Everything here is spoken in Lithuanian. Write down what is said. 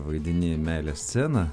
vaidini meilės sceną